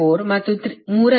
4 j 0